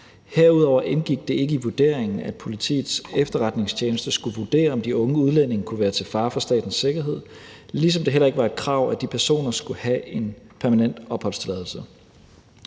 Herudover indgik det ikke i vurderingen, at Politiets Efterretningstjeneste skulle vurdere, om de unge udlændinge kunne være til fare for statens sikkerhed, ligesom det heller ikke var et krav, at de personer skulle have en permanent opholdstilladelse.